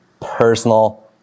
personal